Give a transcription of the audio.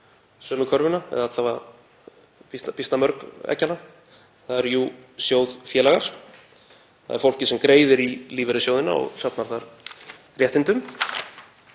sömu körfuna eða alla vega býsna mörg þeirra? Það eru jú sjóðfélagar. Það er fólkið sem greiðir í lífeyrissjóðina og safnar þar réttindum.